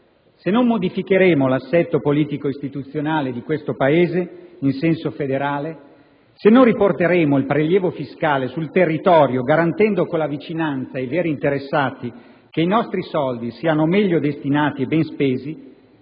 Se non modificheremo l'assetto politico-istituzionale di questo Paese in senso federale, se non riporteremo il prelievo fiscale sul territorio garantendo con la vicinanza ai veri interessati che i nostri soldi siano meglio destinati e ben spesi,